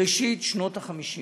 בראשית שנות ה-50